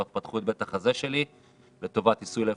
פתחו את בית החזה שלי לטובת עיסוי לב